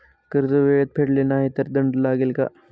कर्ज वेळेत फेडले नाही तर दंड लागेल का?